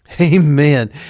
Amen